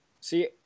See